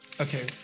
okay